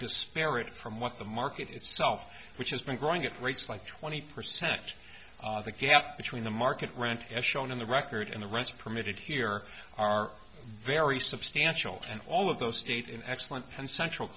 disparate from what the market itself which has been growing at rates like twenty percent you have between the market rent as shown in the record and the rest permitted here are very substantial and all of those eight in excellent and central